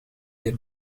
the